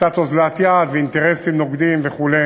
קצת אוזלת יד, אינטרסים נוגדים וכו',